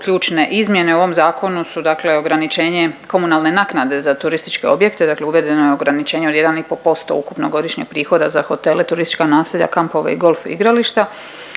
ključne izmjene u ovom Zakonu su dakle ograničenje komunalne naknade za turističke objekte, dakle uvedeno je ograničenje od 1,5% ukupnog godišnjeg prihoda za hotele, turistička naselja, kampove i golf igrališta.